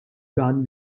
dan